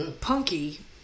Punky